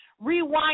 Rewind